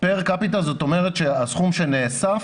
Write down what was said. זאת אומרת שהסכום שנאסף,